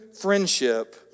friendship